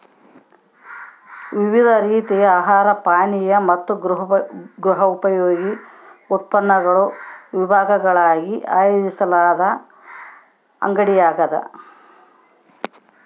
ವಿವಿಧ ರೀತಿಯ ಆಹಾರ ಪಾನೀಯ ಮತ್ತು ಗೃಹೋಪಯೋಗಿ ಉತ್ಪನ್ನಗಳ ವಿಭಾಗಗಳಾಗಿ ಆಯೋಜಿಸಲಾದ ಅಂಗಡಿಯಾಗ್ಯದ